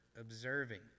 observing